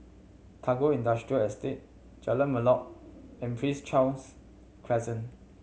Tagore Industrial Estate Jalan Melor and Prince Charles Crescent